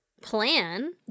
plan